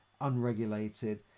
unregulated